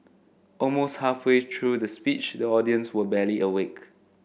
almost halfway through the speech the audience were barely awake